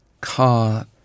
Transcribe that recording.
car